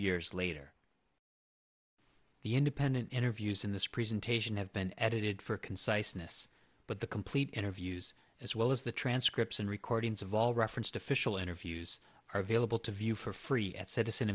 years later the independent interviews in this presentation have been edited for conciseness but the complete interviews as well as the transcripts and recordings of all referenced official interviews are available to view for free at citizen